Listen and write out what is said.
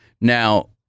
Now